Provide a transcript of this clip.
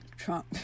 Trump